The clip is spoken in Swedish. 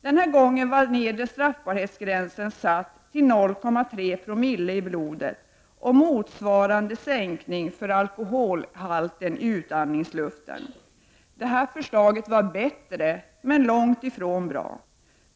Den här gången var nedre straffbarhetsgränsen satt till 0,3 60 i blodet med motsvarande sänkning för alkoholhalten i utandningsluften. Detta förslag var bättre, men långt ifrån bra.